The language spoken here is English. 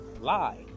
lie